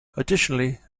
additionally